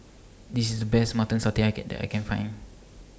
This IS Best Mutton Satay that that I Can Find